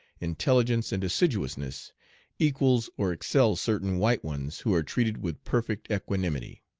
intelligence, and assiduousness equals or excels certain white ones who are treated with perfect equanimity.